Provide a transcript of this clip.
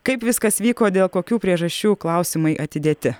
kaip viskas vyko dėl kokių priežasčių klausimai atidėti